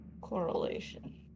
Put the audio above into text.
correlation